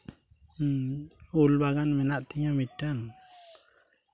ᱤᱧ ᱩᱞ ᱵᱟᱜᱟᱱ ᱢᱮᱱᱟᱜ ᱛᱤᱧᱟᱹ ᱢᱤᱫᱴᱟᱱ